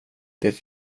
det